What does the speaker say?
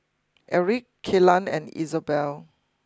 Erik Kellan and Isobel